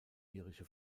irische